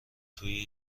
توی